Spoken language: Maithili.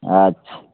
अच्छा